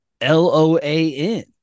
L-O-A-N